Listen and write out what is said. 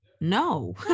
No